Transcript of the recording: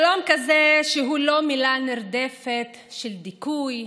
שלום כזה שהוא לא מילה נרדפת של דיכוי,